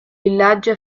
villaggio